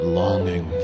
longing